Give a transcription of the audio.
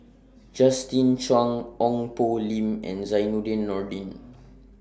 Justin Zhuang Ong Poh Lim and Zainudin Nordin